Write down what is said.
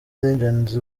legends